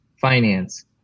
finance